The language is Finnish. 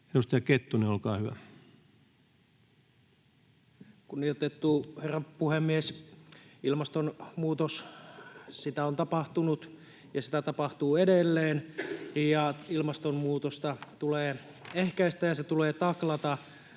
19:35 Content: Kunnioitettu herra puhemies! Ilmastonmuutosta on tapahtunut, ja sitä tapahtuu edelleen. Ilmastonmuutosta tulee ehkäistä, ja se tulee taklata.